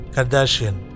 Kardashian